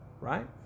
right